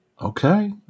Okay